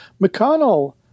McConnell